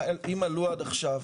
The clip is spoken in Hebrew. ערבות,